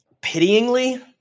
Pityingly